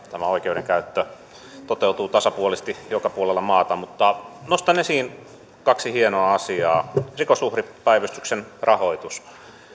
tämä oikeudenkäyttö tasapuolisesti joka puolella maata nostan esiin kaksi hienoa asiaa rikosuhripäivystyksen rahoitus